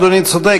אדוני צודק.